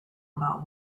about